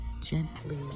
gently